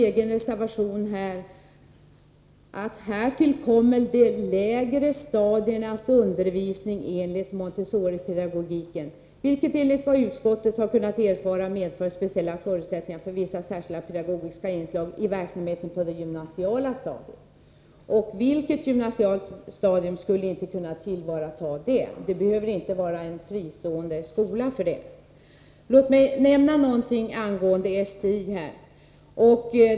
I reservationen står det: ”Härtill kommer de lägre stadiernas undervisning enligt Montessoripeda gogiken, vilket enligt vad utskottet har kunnat erfara medför speciella förutsättningar för vissa särskilda pedagogiska inslag i verksamheten på det gymnasiala stadiet.” Vilket gymnasium skulle inte kunna ta till vara detta? Det behöver inte vara en fristående skola för att göra det. Låt mig också säga några ordsangående STI.